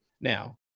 Now